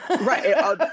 Right